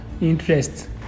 interest